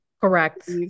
Correct